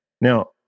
Now